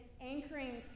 anchoring